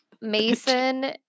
Mason